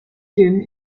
game